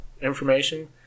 information